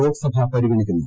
ലോക്സഭ പരിഗണിക്കുന്നു